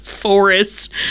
forest